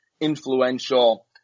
influential